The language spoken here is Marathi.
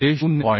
जे 0